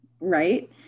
Right